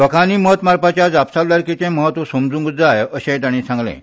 लोकांनी मत मारपाच्या जापसालदारकेचे म्हत्व समजूंक जाय अशेंय तांणी सांगलें